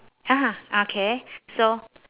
ah okay so